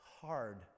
hard